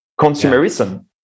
Consumerism